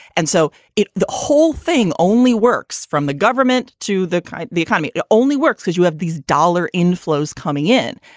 and so the whole thing only works from the government to the kind of the economy. it only works because you have these dollar inflows coming in.